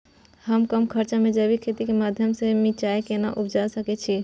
हम कम खर्च में जैविक खेती के माध्यम से मिर्चाय केना उपजा सकेत छी?